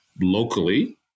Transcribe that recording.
locally